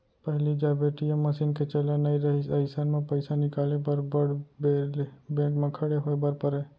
पहिली जब ATM machine के चलन नइ रहिस अइसन म पइसा निकाले बर बड़ बेर ले बेंक म खड़े होय बर परय